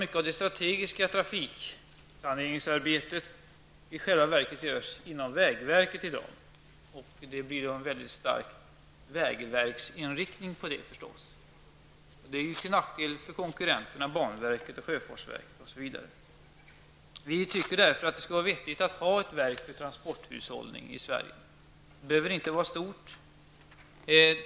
Mycket av det strategiska trafikplaneringsarbetet görs i dag i själva verket inom vägverket, och det blir då förstås en mycket stark ”vägverksinrikt ning” på det, vilket är till nackdel för konkurrenterna banverket, sjöfartsverket, osv. Vi tycker därför att det skulle vara vettigt att i Sverige ha ett verk för transporthushållning. Det behöver inte vara stort.